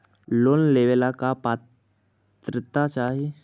Loan लेवेला का पात्रता चाही?